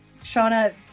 Shauna